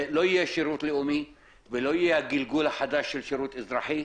זה לא יהיה שירות לאומי ולא הגלגול החדש של שירות אזרחי,